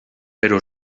però